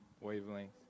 wavelength